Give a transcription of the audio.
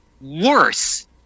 worse